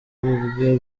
ubwo